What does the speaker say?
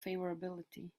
favorability